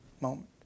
moment